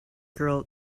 girl